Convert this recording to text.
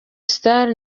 star